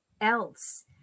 else